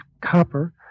copper